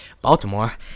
Baltimore